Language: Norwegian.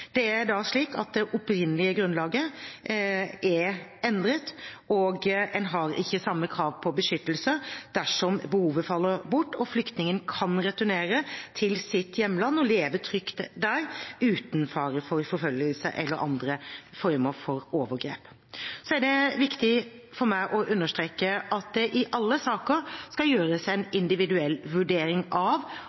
det opprinnelige grunnlaget endret, og en har ikke samme krav på beskyttelse dersom behovet faller bort og flyktningen kan returnere til sitt hjemland og leve trygt der uten fare for forfølgelse eller andre former for overgrep. Det er viktig for meg å understreke at det i alle saker skal gjøres en individuell vurdering av